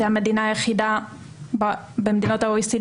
זו המדינה היחידה בין מדינות ה-OECD,